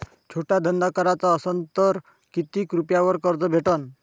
छोटा धंदा कराचा असन तर किती रुप्यावर कर्ज भेटन?